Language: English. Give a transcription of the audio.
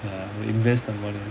ya invest the money